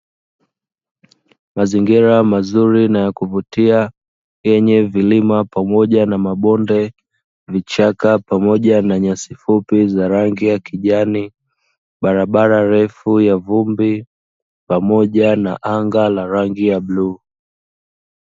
Mazingira mazuri na ya kuvutia yenye vilima pamoja na mabonde, vichaka pamoja na nyasi fupi za rangi ya kijani, barabara refu ya vumbi pamoja na anga la rangi ya bluu.